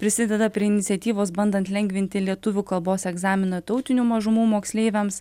prisideda prie iniciatyvos bandant lengvinti lietuvių kalbos egzaminą tautinių mažumų moksleiviams